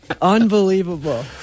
Unbelievable